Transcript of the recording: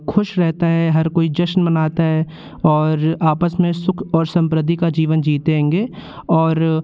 खुश रहता है हर कोई जश्न मनाता है और आपस में सुख और संवृद्धि का जीवन जीते हैंगे और